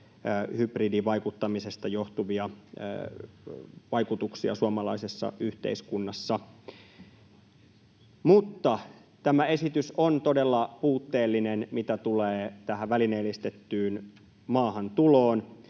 hybridivaikuttamisesta johtuvia vaikutuksia suomalaisessa yhteiskunnassa. Mutta tämä esitys on todella puutteellinen, mitä tulee tähän välineellistettyyn maahantuloon.